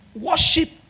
worship